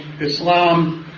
Islam